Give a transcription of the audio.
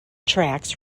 tracks